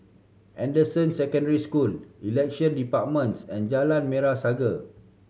Anderson Secondary School Election Departments and Jalan Merah Saga